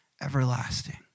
everlasting